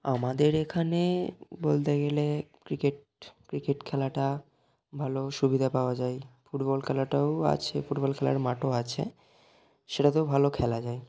আমাদের এখানে বলতে গেলে ক্রিকেট ক্রিকেট খেলাটা ভালো সুবিধা পাওয়া যায় ফুটবল খেলাটাও আছে ফুটবল খেলার মাঠও আছে সেটাতেও ভালো খেলা যায়